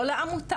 לא לעמותה.